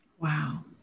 wow